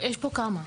יש פה כמה.